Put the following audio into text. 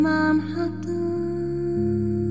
Manhattan